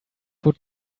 would